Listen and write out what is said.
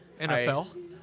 NFL